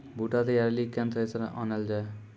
बूटा तैयारी ली केन थ्रेसर आनलऽ जाए?